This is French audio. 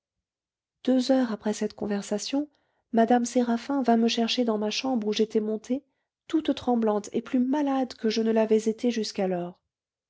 deux heures après cette conversation mme séraphin vint me chercher dans ma chambre où j'étais montée toute tremblante et plus malade que je ne l'avais été jusqu'alors